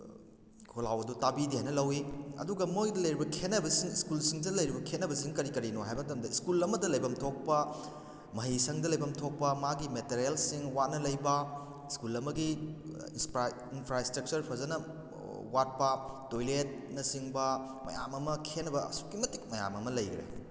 ꯈꯣꯜꯂꯥꯎꯗꯨ ꯇꯥꯕꯤꯗꯦ ꯍꯥꯏꯅ ꯂꯧꯏ ꯑꯗꯨꯒ ꯃꯣꯏꯗ ꯂꯩꯔꯤꯕ ꯈꯦꯅꯕꯁꯤꯡ ꯁ꯭ꯀꯨꯜꯁꯤꯡ ꯑꯁꯤꯗ ꯂꯩꯔꯤꯕ ꯈꯦꯅꯕꯁꯤꯡ ꯀꯔꯤ ꯀꯔꯤꯅꯣ ꯍꯥꯏꯕ ꯃꯇꯝꯗ ꯏꯁꯀꯨꯜ ꯑꯃꯗ ꯂꯩꯐꯝ ꯊꯣꯛꯄ ꯃꯍꯩꯁꯪꯗ ꯂꯩꯐꯝ ꯊꯣꯛꯄ ꯃꯥꯒꯤ ꯃꯦꯇꯔꯤꯌꯦꯜꯁꯁꯤꯡ ꯋꯥꯠꯅ ꯂꯩꯕ ꯏꯁꯀꯨꯜ ꯑꯃꯒꯤ ꯏꯟꯐ꯭ꯔꯥꯏꯁꯇ꯭ꯔꯛꯆꯔ ꯐꯖꯅ ꯋꯥꯠꯄ ꯇꯣꯏꯂꯦꯠꯅꯆꯤꯡꯕ ꯃꯌꯥꯝ ꯑꯃ ꯈꯦꯅꯕ ꯑꯁꯨꯛꯀꯤ ꯃꯇꯤꯛ ꯃꯌꯥꯝ ꯑꯃ ꯂꯩꯈꯔꯦ